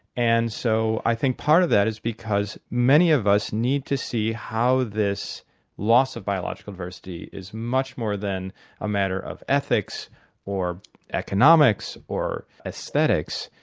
and so i think part of that is because many of us need to see how this loss of biological diversity is much more than a matter of ethics or economics or aesthetics,